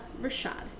Rashad